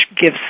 gives